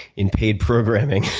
in paid programing.